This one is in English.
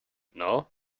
know